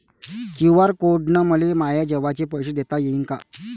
QR code न मले माये जेवाचे पैसे देता येईन का?